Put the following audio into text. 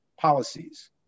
policies